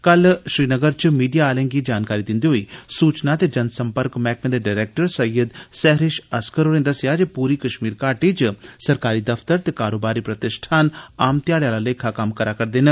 कल श्रीनगर च मीडिया आलें गी जानकारी दिन्दे होई सूचना ते जनसम्पर्क मैहकमे दे डरैक्टर सैयद सैहरिश असगर होरें दस्सेया जे पूरी कश्मीर घाटी च सरकारी दफ्तर ते कारोबारी प्रतिष्ठान आम ध्याड़े आला लेखा कम्म करै करदे न